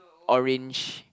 orange